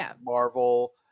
Marvel